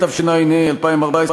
התשע"ה 2014,